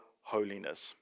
holiness